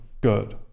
good